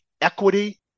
equity